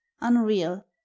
unreal